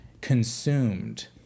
consumed